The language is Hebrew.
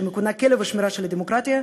שמכונה "כלב השמירה של הדמוקרטיה",